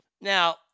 Now